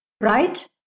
Right